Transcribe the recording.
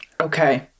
Okay